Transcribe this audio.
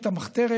את המחתרת,